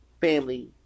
family